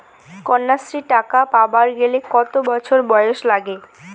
কন্যাশ্রী টাকা পাবার গেলে কতো বছর বয়স লাগে?